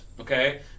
okay